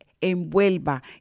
envuelva